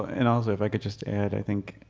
and also, if i could just add, i think,